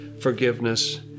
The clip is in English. forgiveness